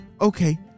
okay